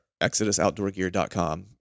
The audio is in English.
ExodusOutdoorGear.com